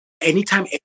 anytime